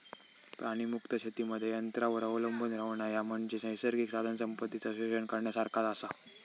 प्राणीमुक्त शेतीमध्ये यंत्रांवर अवलंबून रव्हणा, ह्या म्हणजे नैसर्गिक साधनसंपत्तीचा शोषण करण्यासारखाच आसा